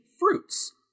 fruits